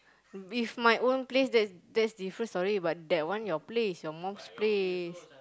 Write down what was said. if my own place then that's different story but that one your place your mom's place